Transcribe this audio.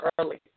early